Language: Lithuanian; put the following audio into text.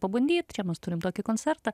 pabandyt čia mes turim tokį koncertą